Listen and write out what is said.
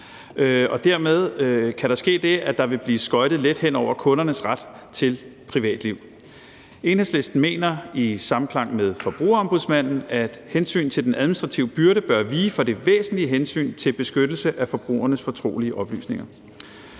Dermed kan der ske det, at der vil blive skøjtet let hen over kundernes ret til privatliv. Enhedslisten mener i samklang med Forbrugerombudsmanden, at hensyn til den administrative byrde bør vige for det væsentlige hensyn til beskyttelse af forbrugernes fortrolige oplysninger.